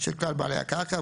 של כלל בעלי הקרקע,